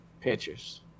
Pictures